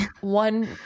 one